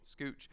scooch